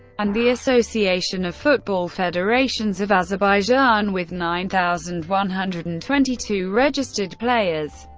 and the association of football federations of azerbaijan with nine thousand one hundred and twenty two registered players,